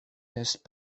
missed